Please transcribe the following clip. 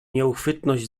nieuchwytność